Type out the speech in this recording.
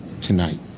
tonight